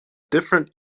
different